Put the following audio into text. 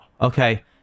Okay